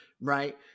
right